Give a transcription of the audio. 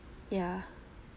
ya